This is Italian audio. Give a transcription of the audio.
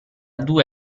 due